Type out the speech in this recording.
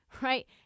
Right